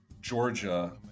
Georgia